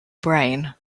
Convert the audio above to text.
brain